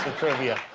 trivia.